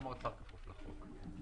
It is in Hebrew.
גם האוצר כפוף לחוק.